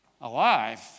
alive